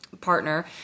partner